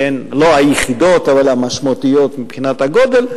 שהן לא היחידות אבל הן המשמעותיות מבחינת הגודל,